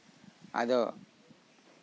ᱟᱫᱚ